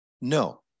No